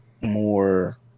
more